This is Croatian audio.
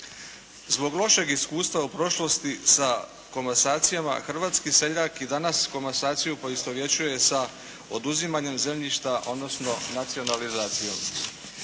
Zbog lošeg iskustva u prošlosti sa komasacijama, hrvatski seljak i danas komasaciju poistovjećuje sa oduzimanjem zemljišta, odnosno nacionalizacijom.